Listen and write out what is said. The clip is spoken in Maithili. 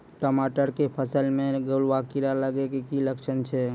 टमाटर के फसल मे गलुआ कीड़ा लगे के की लक्छण छै